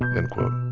end quote